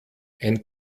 ein